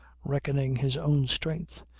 reckoning his own strength,